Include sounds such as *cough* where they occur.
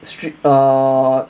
*laughs* uh